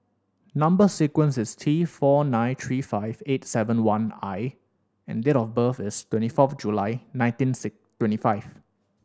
number sequence is T four nine three five eight seven one I and date of birth is twenty fourth July nineteen six twenty five